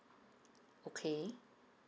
okay